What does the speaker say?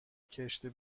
کشتی